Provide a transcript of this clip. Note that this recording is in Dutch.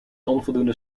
onvoldoende